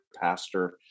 pastor